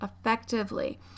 effectively